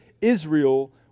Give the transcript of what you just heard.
Israel